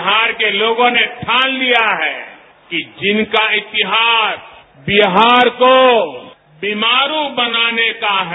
बिहार के लोगों ने ठान लिया है कि जिनका इतिहास बिहार को बीमारू बनाने का है